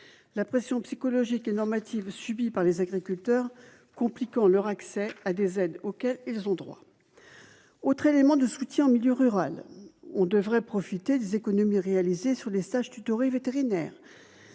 la pression psychologique et normative subis par les agriculteurs, compliquant leur accès à des aides auxquelles ils ont droit, autre élément de soutien en milieu rural, on devrait profiter des économies réalisées sur les stages tutoré vétérinaire